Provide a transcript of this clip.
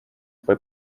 fue